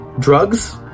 drugs